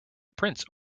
prince